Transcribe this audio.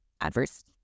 adverse